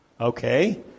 Okay